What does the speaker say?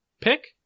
pick